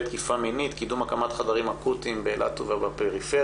תקיפה מינית - קידום הקמת חדרים אקוטיים באילת ובפריפריה.